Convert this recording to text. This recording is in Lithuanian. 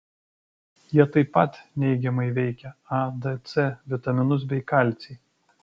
jie tai pat neigiamai veikia a d c vitaminus bei kalcį